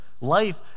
Life